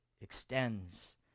extends